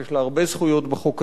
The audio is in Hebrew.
שיש לה הרבה זכויות בחוק הזה,